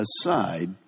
aside